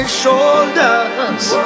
shoulders